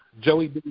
Joey